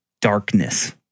darkness